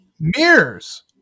mirrors